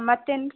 ಮತ್ತೇನು